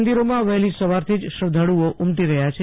મંદિરોમાં વહેલી સવારથી જ શ્રધ્ધાળુઓ ઉમટી રહ્યા છે